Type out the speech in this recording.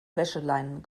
wäscheleinen